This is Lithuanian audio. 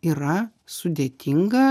yra sudėtinga